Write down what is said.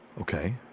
Okay